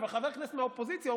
אבל חבר כנסת מהאופוזיציה,